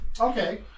okay